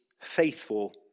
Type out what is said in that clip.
faithful